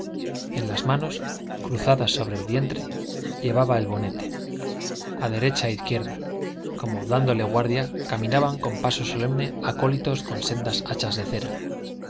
en las manos cruzadas sobre el vientre llevaba el bonete a derecha e izquierda como dándole guardia caminaban con paso solemne acólitos con sendas hachas de cera